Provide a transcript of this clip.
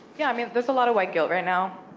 yeah, i mean, there's a lot of white guilt right now.